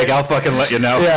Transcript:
like i'll fucking let you know.